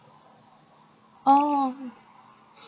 oh